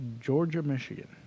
Georgia-Michigan